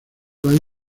valle